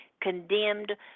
condemned